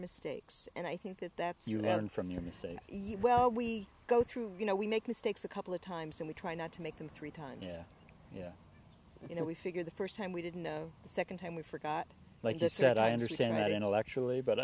mistakes and i think that that's you know and from your mistakes well we go through you know we make mistakes a couple of times and we try not to make them three times yeah you know we figured the first time we didn't know the second time we forgot like just said i understand that intellectually but